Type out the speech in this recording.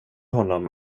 honom